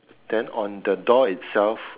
then on the door itself